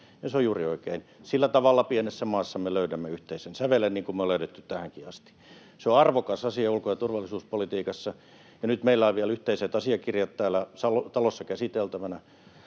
se on juuri oikein. Sillä tavalla pienessä maassa me löydämme yhteisen sävelen, niin kuin me ollaan löydetty tähänkin asti. Se on arvokas asia ulko- ja turvallisuuspolitiikassa. Nyt meillä on vielä yhteiset asiakirjat täällä talossa käsiteltävänä